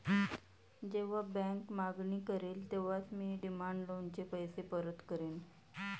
जेव्हा बँक मागणी करेल तेव्हाच मी डिमांड लोनचे पैसे परत करेन